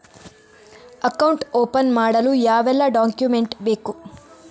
Account open ಮಾಡಲು ಯಾವೆಲ್ಲ document ಬೇಕು?